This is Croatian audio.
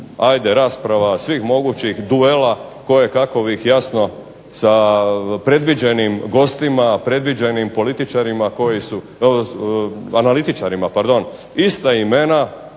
ajde rasprava svih mogućih duela koje kakovih jasno sa predviđenim gostima, predviđenim analitičarima. Ista imena